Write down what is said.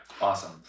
awesome